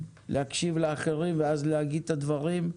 להקשיב לאחרים ואז להגיד את הדברים,